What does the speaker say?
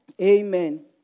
Amen